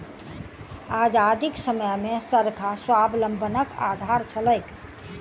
आजादीक समयमे चरखा स्वावलंबनक आधार छलैक